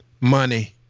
money